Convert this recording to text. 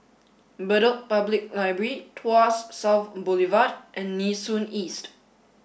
Bedok Public Library Tuas South Boulevard and Nee Soon East